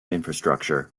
infrastructure